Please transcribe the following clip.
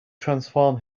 transform